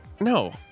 no